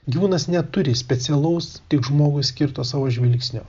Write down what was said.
gyvūnas neturi specialaus tik žmogui skirto savo žvilgsnio